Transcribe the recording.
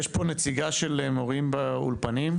יש פה נציגה של מורים באולפנים?